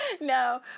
No